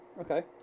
Okay